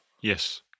Yes